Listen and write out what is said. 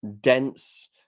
dense